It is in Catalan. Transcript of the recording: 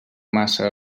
massa